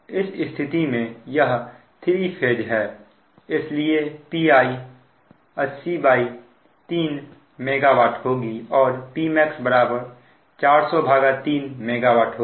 इस स्थिति में यह 3 फेज है इसलिए Pi 803 MW होगी और Pmax 4003 MW होगी